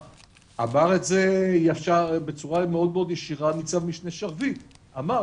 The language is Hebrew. אמר את זה בצורה מאוד ישירה נצ"מ שרביט, אמר.